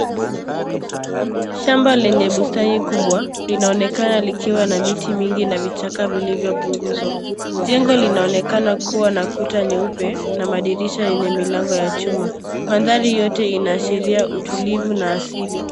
Shamba lenye bustani kubwa linaonekana likiwa na miti mingi na vichaka vilivyopunguzwa. Jengo linaonekana kuwa na kuta nyeupe na madirisha yenye milango ya chuma. Mandhari yote inaashiria utulivu na asili.